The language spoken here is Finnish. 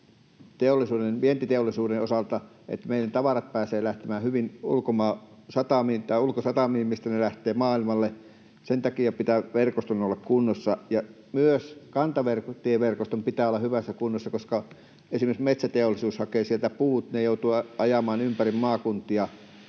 vientiteollisuuden osalta, että meidän tavarat pääsevät lähtemään hyvin ulkosatamiin, mistä ne lähtevät maailmalle. Sen takia pitää verkoston olla kunnossa, ja myös kantatieverkoston pitää olla hyvässä kunnossa, koska esimerkiksi metsäteollisuus hakee sieltä puut. Ne joutuvat ajamaan ympäri maakuntia